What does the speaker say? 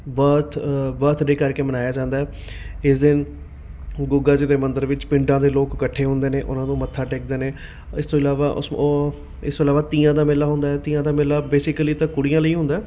birth birthday ਕਰਕੇ ਮਨਾਇਆ ਜਾਂਦਾ ਹੈ ਇਸ ਦਿਨ ਗੁੱਗਾ ਜੀ ਦੇ ਮੰਦਰ ਵਿੱਚ ਪਿੰਡਾਂ ਦੇ ਲੋਕ ਇਕੱਠੇ ਹੁੰਦੇ ਨੇ ਉਹਨਾਂ ਨੂੰ ਮੱਥਾ ਟੇਕਦੇ ਨੇ ਇਸ ਤੋਂ ਇਲਾਵਾ ਉਹ ਇਸ ਤੋਂ ਇਲਾਵਾ ਤੀਆਂ ਦਾ ਮੇਲਾ ਹੁੰਦਾ ਹੈ ਤੀਆਂ ਦਾ ਮੇਲਾ ਬੇਸਿਕਲੀ ਤਾਂ ਕੁੜੀਆਂ ਲਈ ਹੁੰਦਾ